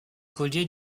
collier